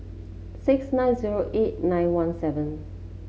six nine zero eight nine one seven